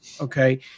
Okay